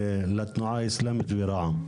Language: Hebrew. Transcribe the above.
לתנועה האסלאמית ורע"מ.